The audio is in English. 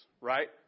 right